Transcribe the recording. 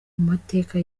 mateka